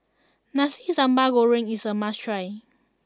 Nasi Sambal Goreng is a must try